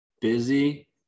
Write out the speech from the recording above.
busy